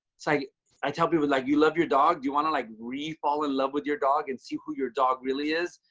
it's like i tell people like you love your dog. you want to, like, re-fall in love with your dog and see who your dog really is?